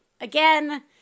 again